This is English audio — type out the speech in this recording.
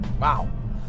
Wow